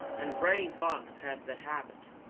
and reddy fox had the habit.